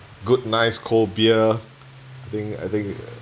good nice cold beer I think I think yeah